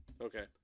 Okay